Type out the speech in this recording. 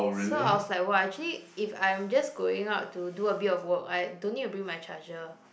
so I was like !wah! actually if I'm just going out to do a bit of work I don't need to bring my charger